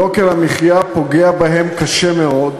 יוקר המחיה פוגע בהם קשה מאוד.